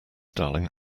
darling